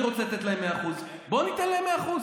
אני רוצה לתת להם 100% בוא ניתן להם 100%,